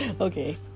Okay